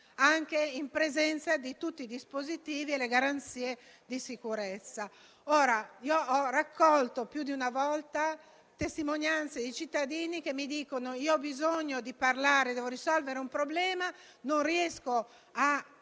anche in presenza di tutti i dispositivi e delle garanzie di sicurezza. Ora, io ho raccolto più di una volta testimonianze di cittadini che mi hanno detto di aver bisogno di parlare per risolvere un problema, ma di non riuscire